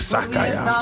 Sakaya